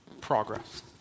progress